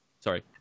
Sorry